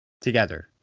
Together